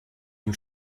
dem